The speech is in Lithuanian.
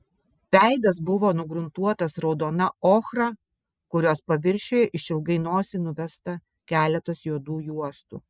veidas buvo nugruntuotas raudona ochra kurios paviršiuje išilgai nosį nuvesta keletas juodų juostų